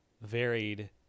varied